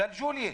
ג'לג'וליה,